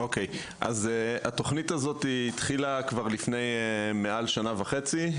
התוכנית הזאת התחילה כבר לפני יותר משנה וחצי.